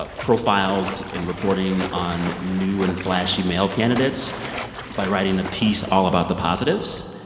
ah profiles in reporting on new and flashy male candidates by writing a piece all about the positives.